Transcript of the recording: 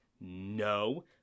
No